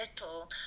little